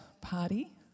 party